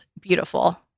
beautiful